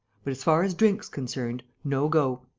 but, as far as drink's concerned, no go.